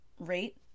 rate